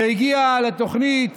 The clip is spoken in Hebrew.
שהגיע לתוכנית